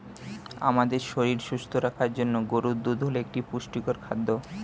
আমাদের শরীর সুস্থ রাখার জন্য গরুর দুধ হল একটি পুষ্টিকর খাদ্য